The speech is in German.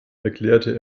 erklärte